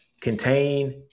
Contain